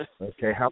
Okay